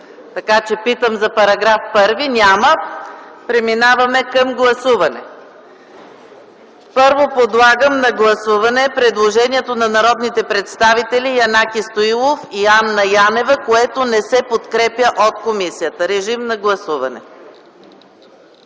по § 2, който предстои)? Няма. Преминаваме към гласуване. Първо подлагам на гласуване предложението на народните представители Янаки Стоилов и Анна Янева, което не се подкрепя от комисията. Гласували